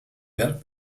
werk